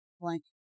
blank